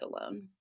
alone